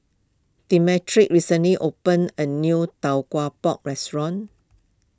Demetric recently opened a new Tau Kwa Pau restaurant